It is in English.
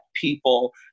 people